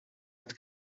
het